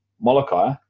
Molokai